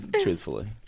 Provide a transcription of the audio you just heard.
truthfully